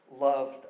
loved